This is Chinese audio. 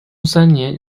三年